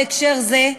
בהקשר זה,